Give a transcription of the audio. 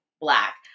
black